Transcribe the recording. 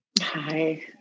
Hi